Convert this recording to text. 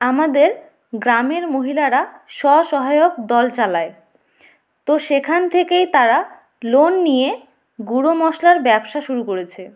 আমাদের গ্রামের মহিলারা স্ব সহায়ক দল চালায় তো সেখান থেকেই তারা লোন নিয়ে গুঁড়ো মশলার ব্যবসা শুরু করেছে